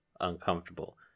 uncomfortable